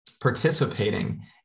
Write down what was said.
participating